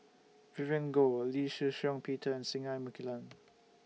Vivien Goh Lee Shih Shiong Peter Singai Mukilan